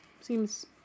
seems